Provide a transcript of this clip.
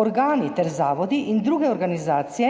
organi ter zavodi in druge organizacije,